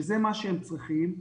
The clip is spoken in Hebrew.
שזה מה שהם צריכים להיות,